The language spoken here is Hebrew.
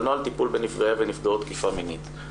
על נוהל טיפול בנפגעי ונפגעות תקיפה מינית.